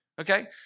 Okay